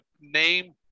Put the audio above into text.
name